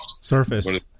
Surface